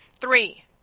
Three